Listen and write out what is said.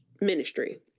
ministry